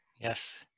Yes